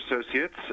Associates